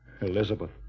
Elizabeth